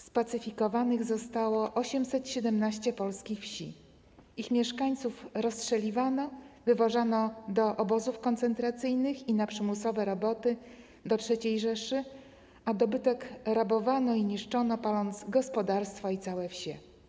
Spacyfikowanych zostało 817 polskich wsi, ich mieszkańców rozstrzeliwano, wywożono do obozów koncentracyjnych i na przymusowe roboty do III Rzeszy, a dobytek rabowano i niszczono, paląc gospodarstwa i całe wsie.